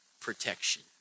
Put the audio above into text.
protection